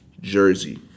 jersey